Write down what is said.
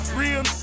real